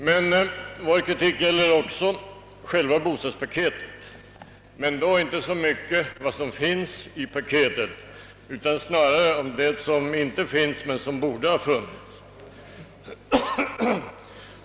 Men vår kritik gäller också själva bostadspaketet — inte så mycket vad som finns i paketet, utan snarare det som inte finns men borde ha funnits.